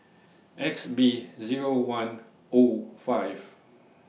X B Zero one O five